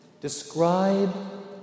describe